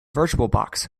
virtualbox